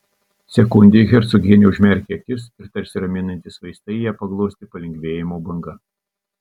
sekundei hercogienė užmerkė akis ir tarsi raminantys vaistai ją paglostė palengvėjimo banga